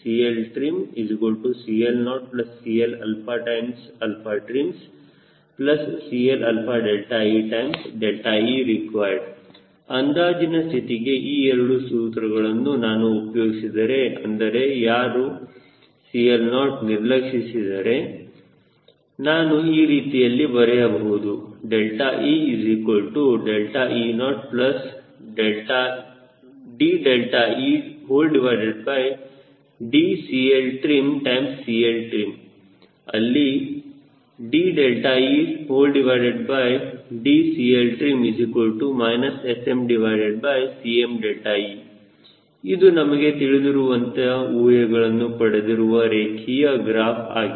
CLtrimCL0CLtrimCLeereqd ಅಂದಾಜಿನ ಸ್ಥಿತಿಗೆ ಈ ಎರಡು ಸೂತ್ರಗಳನ್ನು ನಾನು ಉಪಯೋಗಿಸಿದರೆ ಅಂದರೆ ಯಾರು CL0 ನಿರ್ಲಕ್ಷಿಸಿದರೆ ನಾನು ಈ ರೀತಿಯಲ್ಲಿ ಬರೆಯಬಹುದು ee0dedCLtrimCLtrim ಅಲ್ಲಿ dedCLtrim SMCme ಇದು ನಮಗೆ ತಿಳಿದಿರುವಂತಹ ಊಹೆಗಳನ್ನು ಪಡೆದಿರುವ ರೇಖೀಯ ಗ್ರಾಫ್ ಆಗಿದೆ